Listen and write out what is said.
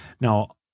Now